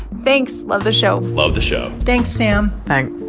thanks. love the show love the show thanks, sam thanks.